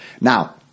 Now